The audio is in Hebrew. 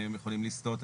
האם הם יכולים לסטות,